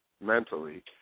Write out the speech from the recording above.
mentally